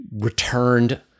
returned